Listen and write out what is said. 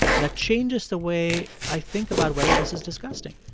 that changes the way i think about whether this is disgusting